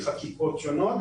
מחקיקות שונות,